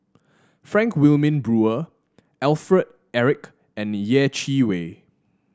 Frank Wilmin Brewer Alfred Eric and Yeh Chi Wei